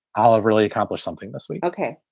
i'll have really accomplished something this week. ok.